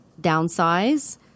downsize